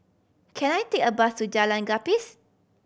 can I take a bus to Jalan Gapis